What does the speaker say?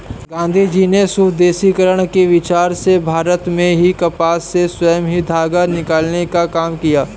गाँधीजी ने स्वदेशीकरण के विचार से भारत में ही कपास से स्वयं ही धागा निकालने का काम किया